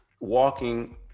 walking